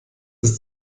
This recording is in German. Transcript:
ist